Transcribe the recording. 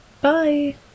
bye